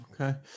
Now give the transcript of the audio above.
Okay